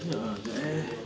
banyak ah jap eh